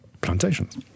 plantations